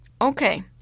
Okay